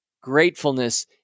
gratefulness